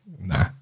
Nah